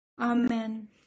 Amen